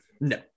No